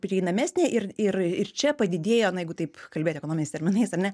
prieinamesnė ir ir ir čia padidėjo na jeigu taip kalbėt ekonominiais terminais ar ne